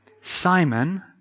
Simon